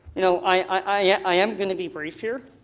you know i am going to be brief here.